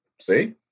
See